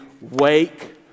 wake